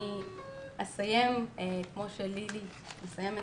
אני אסיים כמו שלילי מסיימת,